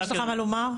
יש לך מה לומר?